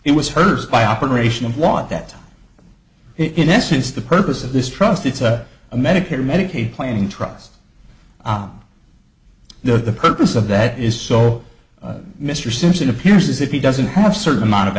it was hers by operational what that in essence the purpose of this trust it's a a medicare medicaid planning trust though the purpose of that is so mr simpson appears as if he doesn't have certain amount of